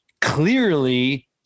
clearly